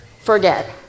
forget